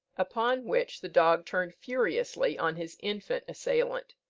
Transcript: upon which the dog turned furiously on his infant assailant.